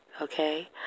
okay